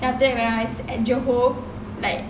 then after that when I at johor like